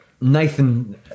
Nathan